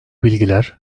bilgiler